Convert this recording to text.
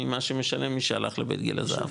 ממה שמשלם מי שהלך לבית גיל הזהב.